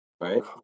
Right